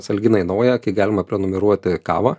sąlyginai naują kai galima prenumeruoti kavą